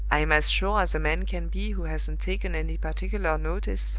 i'm as sure as a man can be who hasn't taken any particular notice, sir.